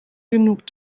genug